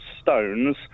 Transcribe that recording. stones